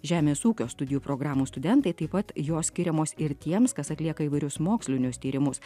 žemės ūkio studijų programų studentai taip pat jos skiriamos ir tiems kas atlieka įvairius mokslinius tyrimus